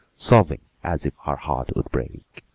sobbing as if her heart would break.